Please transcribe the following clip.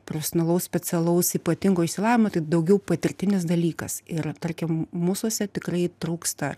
profesionalaus specialaus ypatingo išsilavinimo tai daugiau patirtinis dalykas ir tarkim mūsuose tikrai trūksta